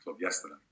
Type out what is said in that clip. yesterday